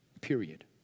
Period